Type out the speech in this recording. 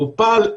טופל,